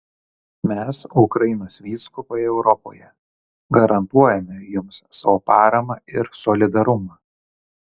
mes ukrainos vyskupai europoje garantuojame jums savo paramą ir solidarumą